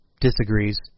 disagrees